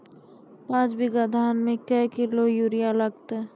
पाँच बीघा धान मे क्या किलो यूरिया लागते?